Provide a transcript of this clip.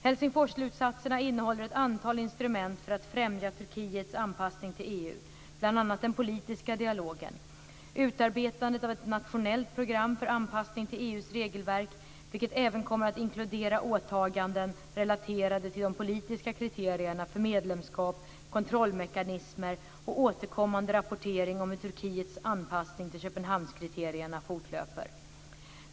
Helsingforsslutsatserna innehåller ett antal instrument för att främja Turkiets anpassning till EU, bl.a. den politiska dialogen, utarbetandet av ett nationellt program för anpassning till EU:s regelverk, vilket även kommer att inkludera åtaganden relaterade till de politiska kriterierna för medlemskap, kontrollmekanismer och återkommande rapportering om hur Turkiets anpassning till Köpenhamnskriterierna fortlöper.